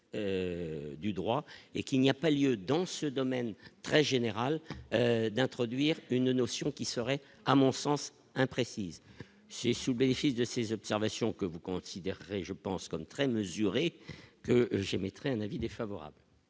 du droit et qu'il n'y a pas lieu dans ce domaine très général d'introduire une notion qui serait à mon sens imprécises, c'est sous bénéfice de ces observations que vous considérez, je pense comme très mesuré que j'aime être un avis défavorable.